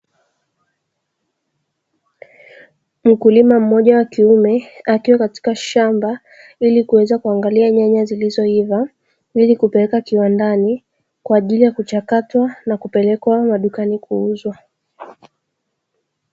Mkulima mmoja wa kiume akiwa katika shamba ili kuweza kuangalia nyanya zilizoiva ili kupelekwa kiwandani, kwa ajili ya kuchakatwa na kupelekwa madukani kuuzwa.